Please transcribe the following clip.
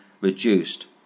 reduced